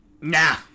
nah